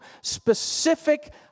specific